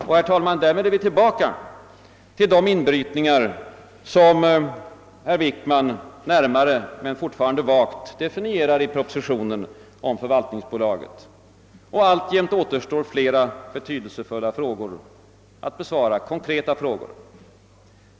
Och därmed, herr talman, är vi tillbaka till de inbrytningar som herr Wickman närmare, men fortfarande vagt, definierar i propositionen om förvaltningsbolaget. Och alltjämt återstår flera betydelsefulla konkreta frågor att besvara.